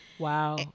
Wow